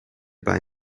buy